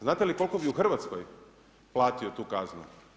Znate li koliko bi u Hrvatskoj platio tu kaznu?